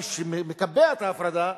מי שמקבע את ההפרדה,